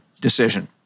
decision